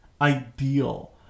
ideal